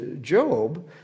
Job